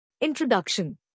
Introduction